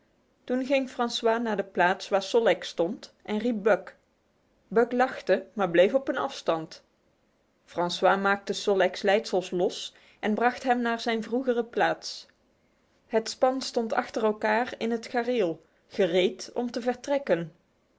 toen ging francois naar de plaats waar sol leks stond en riep buck buck lachte maar bleef op een afstand francois maakte sol leks leidsels los en bracht hem naar zijn vroegere plaats het span stond achter elkaar in het gareel gereed om te vertrekken